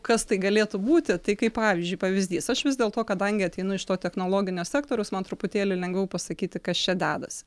kas tai galėtų būti tai kaip pavyzdžiui pavyzdys aš vis dėlto kadangi ateinu iš to technologinio sektoriaus man truputėlį lengviau pasakyti kas čia dedasi